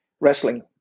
wrestling